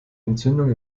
entzündung